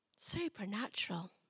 Supernatural